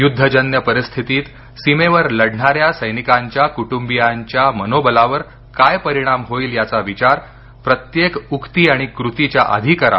युद्धजन्य परिस्थितीत सीमेवर लढणा या सैनिकांच्या कुटुंबियांच्या मनोबलावर काय परिणाम होईल याचा विचार प्रत्येक उक्ती आणि कृतीच्या आधी करा